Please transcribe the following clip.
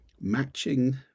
matching